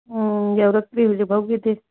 ꯎꯝ ꯌꯧꯔꯛꯇ꯭ꯔꯤ ꯍꯧꯖꯤꯛꯐꯥꯎꯒꯤꯗꯤ